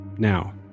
Now